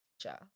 teacher